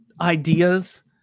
ideas